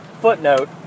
footnote